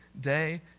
day